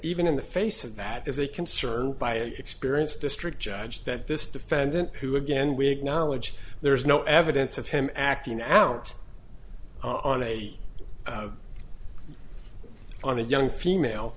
even in the face of that is a concern by experienced district judge that this defendant who again we acknowledge there is no evidence of him acting out on a on a young female